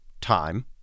time